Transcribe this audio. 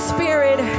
Spirit